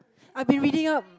I've been reading up